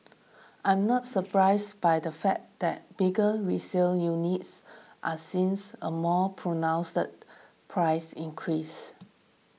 I am not surprised by the fact that bigger resale units are seems a more pronounced price increase